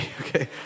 Okay